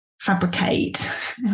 fabricate